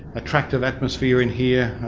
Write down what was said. attractive atmosphere in here.